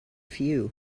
few